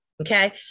Okay